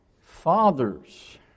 Fathers